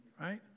right